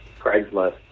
Craigslist